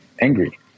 angry